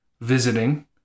visiting